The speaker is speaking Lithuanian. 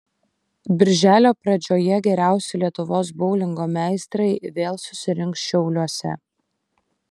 birželio pradžioje geriausi lietuvos boulingo meistrai vėl susirinks šiauliuose